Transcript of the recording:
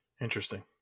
Interesting